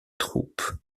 troupes